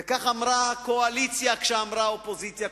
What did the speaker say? וכך אמרה הקואליציה כשהיתה אופוזיציה,